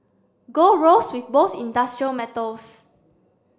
gold rose with most industrial metals